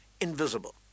invisible